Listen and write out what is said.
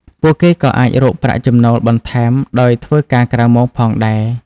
ពួកគេក៏អាចរកប្រាក់ចំណូលបន្ថែមដោយធ្វើការក្រៅម៉ោងផងដែរ។